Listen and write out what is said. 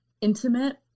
intimate